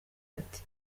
ati